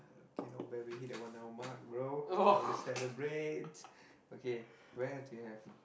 okay not bad we hit the one hour mark bro it's time to celebrate okay where do you have